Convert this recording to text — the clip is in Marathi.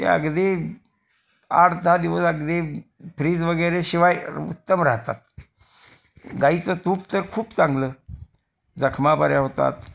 ते अगदी आठ दहा दिवस अगदी फ्रीज वगैरे शिवाय उत्तम राहतात गाईचं तूप तर खूप चांगलं जखमा बऱ्या होतात